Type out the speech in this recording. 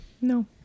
no